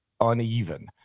uneven